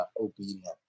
Obedience